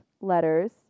letters